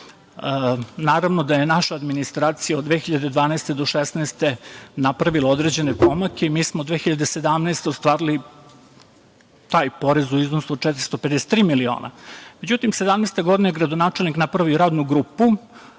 Naravno da je naša administracija od 2012. do 2016. godine napravila određene pomake i mi smo 2017. godine ostvarili taj porez u iznosu od 453 miliona.Međutim, 2017. godine gradonačelnik je napravio radnu grupu